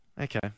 okay